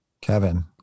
Kevin